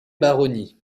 baronnies